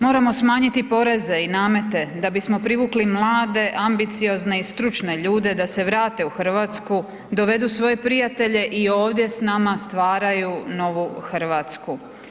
Moramo smanjiti poreze i namete da bismo privukli mlade, ambiciozne i stručne ljude da se vrate u Hrvatsku, dovedu svoje prijatelje i ovdje s nama stvaraju novu Hrvatsku.